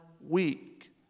week